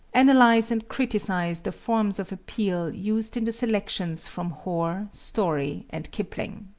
analyze and criticise the forms of appeal used in the selections from hoar, story, and kipling.